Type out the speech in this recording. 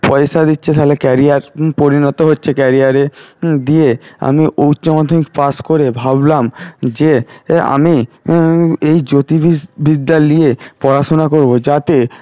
পয়সা দিচ্ছে তালে ক্যারিয়ার পরিণত হচ্ছে ক্যারিয়ারে দিয়ে আমি উচ্চ মাধ্যমিক পাশ করে ভাবলাম যে আমি এই জ্যোতি বিস বিদ্যা নিয়ে পড়াশোনা করব যাতে